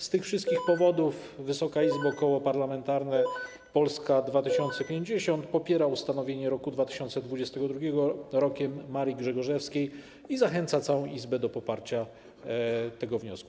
Z tych wszystkich powodów, Wysoka Izbo, Koło Parlamentarne Polska 2050 popiera ustanowienie roku 2022 rokiem Marii Grzegorzewskiej i zachęca całą Izbę do poparcia tego wniosku.